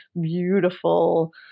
beautiful